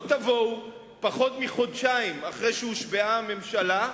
לא תבואו פחות מחודשיים אחרי שהושבעה הממשלה,